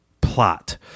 plot